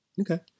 Okay